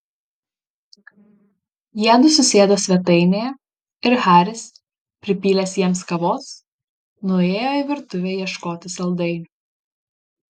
jiedu susėdo svetainėje ir haris pripylęs jiems kavos nuėjo į virtuvę ieškoti saldainių